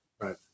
Right